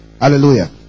Hallelujah